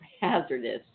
hazardous